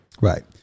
Right